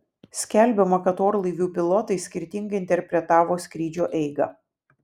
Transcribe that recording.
skelbiama kad orlaivių pilotai skirtingai interpretavo skrydžio eigą